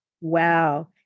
Wow